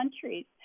countries